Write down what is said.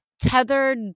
tethered